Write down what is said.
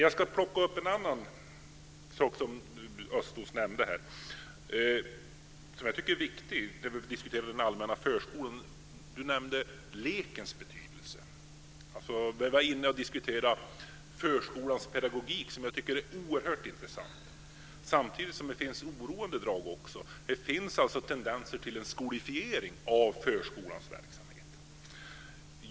Jag ska ta upp en annan sak som Östros nämnde här, som jag tycker är viktig när vi diskuterar den allmänna förskolan, nämligen lekens betydelse. Vi diskuterade förskolans pedagogik, som jag tycker är oerhört intressant, samtidigt som det också finns oroande drag. Det finns tendenser till en skolefiering av förskolans verksamhet.